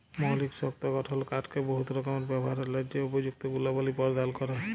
মৌলিক শক্ত গঠল কাঠকে বহুত রকমের ব্যাভারের ল্যাযে উপযুক্ত গুলবলি পরদাল ক্যরে